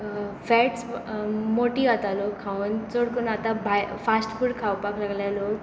fats मोटी जाता लोक खावन चड करून आतां भायर फास्ट फूड खावपाक लागल्या लोक